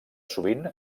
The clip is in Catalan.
sovint